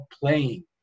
playing